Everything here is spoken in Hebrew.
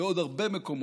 ובעוד הרבה מקומות.